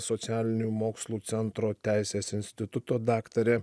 socialinių mokslų centro teisės instituto daktarė